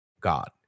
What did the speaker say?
God